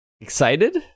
Excited